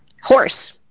Horse